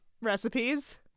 recipes